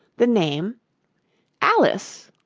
the name alice!